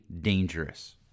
dangerous